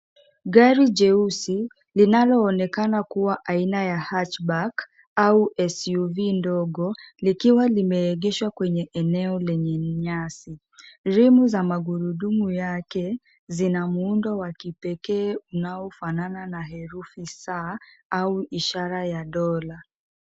Gari jeusi jesu linaloonekana kuwa aina ya Hutchback au SUV ndogo likiwa limeegeshwa kwenye eneo lenye nyasi. Rimu za magurudumu yake zina muundo wa kipekee unaofanana na herufi au ishara ya dola.